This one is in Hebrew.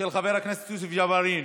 של חבר הכנסת יוסף ג'בארין.